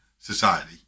society